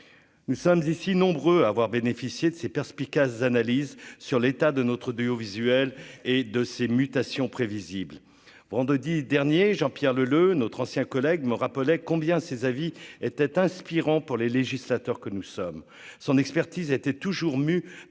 nous sommes ici nombreux à avoir bénéficié de ces perspicace analyse sur l'état de notre duo visuel et de ses mutations prévisibles, vendredi dernier, Jean-Pierre Leleux, notre ancien collègue me rappelait combien ces avis était inspirant pour les législateurs que nous sommes son expertise était toujours mue